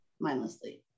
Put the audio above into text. Mindlessly